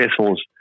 vessels